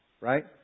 Right